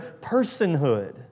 personhood